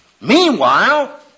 Meanwhile